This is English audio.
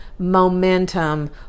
momentum